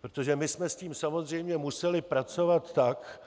Protože my jsme s tím samozřejmě museli pracovat tak,